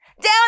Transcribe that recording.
Down